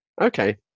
Okay